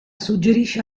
suggerisce